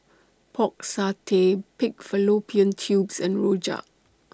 Pork Satay Pig Fallopian Tubes and Rojak